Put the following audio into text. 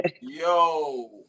yo